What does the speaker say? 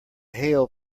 hail